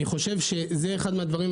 אני חושב שזה אחד מהדברים,